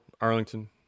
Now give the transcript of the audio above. Arlington